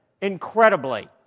incredibly